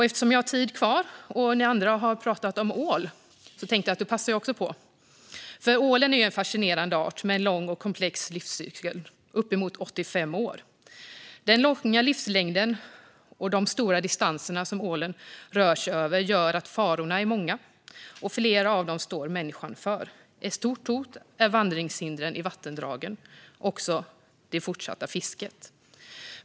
Eftersom jag har tid kvar och ni andra har pratat om ål tänkte jag också passa på. Ålen är en fascinerade art med en lång och komplex livscykel på uppemot 85 år. Den långa livslängden och de stora distanser ålen rör sig över gör att farorna är många, och flera av dem står människan för. Ett stort hot är vandringshindren i vattendragen men också det fortsatta fisket.